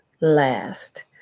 last